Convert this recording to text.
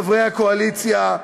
חברי הקואליציה,